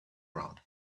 round